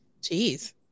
Jeez